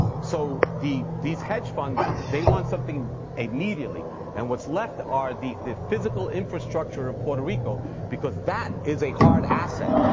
so, these hedge funds, they want something immediately and what's left are the the physical infrastructure of puerto rico because that is a hard asset.